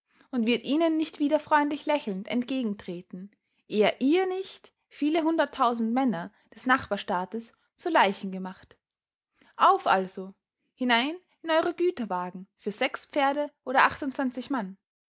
und wird ihnen nicht wieder freundlich lächelnd entgegentreten ehe ihr nicht viele hunderttausend männer des nachbarstaates zu leichen gemacht auf also hinein in eure güterwagen für pferde oder mann